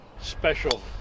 special